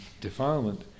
defilement